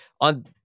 on